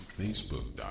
Facebook.com